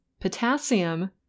potassium